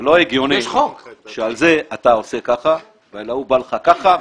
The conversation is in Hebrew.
זה לא הגיוני שעל זה אתה עושה כך ולגבי ההוא בא לך כך.